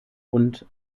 und